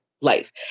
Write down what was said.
life